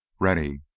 Rennie